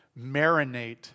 marinate